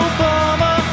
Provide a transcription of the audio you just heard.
Obama